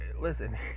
listen